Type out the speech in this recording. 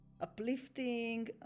uplifting